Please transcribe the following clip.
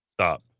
Stop